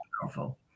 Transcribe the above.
powerful